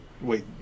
Wait